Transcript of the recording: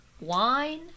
wine